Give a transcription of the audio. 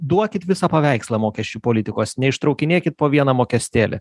duokit visą paveikslą mokesčių politikos neištraukinėkit po vieną mokestėlį